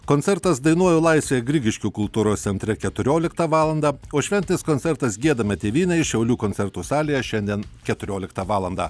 koncertas dainuoju laisvę grigiškių kultūros centre keturioliktą valandą o šventės koncertas giedame tėvynei šiaulių koncertų salėje šiandien keturioliktą valandą